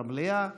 במליאה.